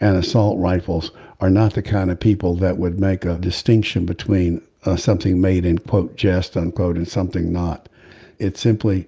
and assault rifles are not the kind of people that would make a distinction between ah something made in quote just unquote and something not it's simply